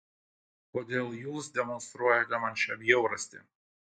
kodėl jūs demonstruojate man šią bjaurastį